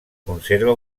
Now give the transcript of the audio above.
conserva